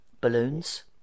balloons